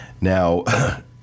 Now